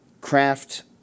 craft